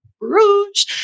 rouge